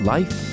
Life